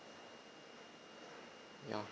ya